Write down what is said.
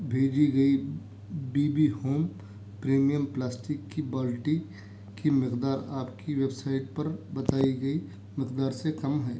بھیجی گئی B B home premium plastic کی بالٹی کی مقدار آپ کی ویب سائٹ پر بتائی گئی مقدار سے کم ہے